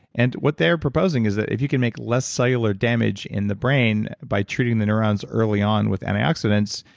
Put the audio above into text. and what they are proposing is that if you can make less cellular damage in the brain by treating the neurons early on with antioxidants,